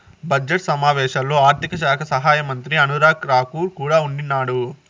budget సమావేశాల్లో ఆర్థిక శాఖ సహాయమంత్రి అనురాగ్ రాకూర్ కూడా ఉండిన్నాడు